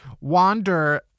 wander